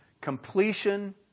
completion